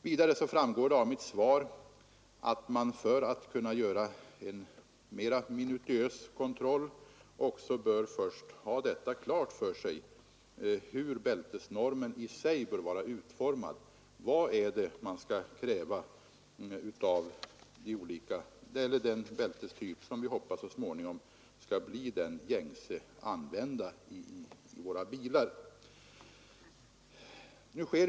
Vidare framgår det av mitt svar att man för att kunna göra en mera minutiös kontroll också först bör ha klart för sig hur bältesnormen i sig skall utformas. Vad skall man k av den bältestyp som vi hoppas så småningom skall bli den gängse i våra bilar?